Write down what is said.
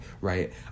right